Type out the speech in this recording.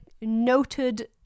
noted